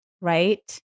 Right